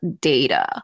data